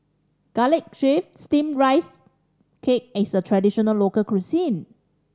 Garlic Chives Steamed Rice Cake is a traditional local cuisine